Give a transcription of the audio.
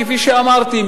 כפי שאמרתי,